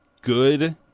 good